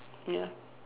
ya